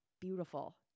beautiful